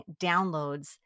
downloads